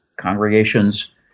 congregations